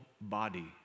body